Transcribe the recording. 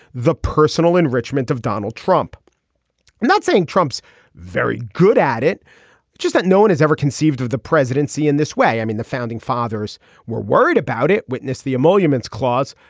the personal enrichment of donald trump. i'm not saying trump's very good at it it's just that no one has ever conceived of the presidency in this way. i mean the founding fathers were worried about it. witness the emoluments clause.